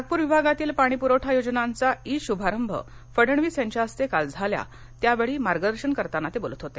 नागपूर विभागातील पाणीपूरवठा योजनांचा ई शुभारभ फडणवीस यांच्या हस्ते काल झाला त्यावेळी मार्गदर्शन करताना ते बोलत होते